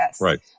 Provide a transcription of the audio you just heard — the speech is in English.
right